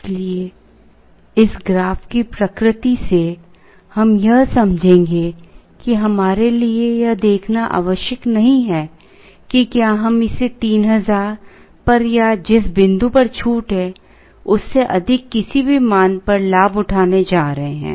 इसलिए इस ग्राफ की प्रकृति से हम यह समझेंगे कि हमारे लिए यह देखना आवश्यक नहीं है कि क्या हम इसे 3000 पर या जिस बिंदु पर छूट है उससे अधिक किसी भी मान पर लाभ उठाने जा रहे हैं